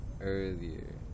Earlier